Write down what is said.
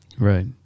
Right